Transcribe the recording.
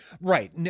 Right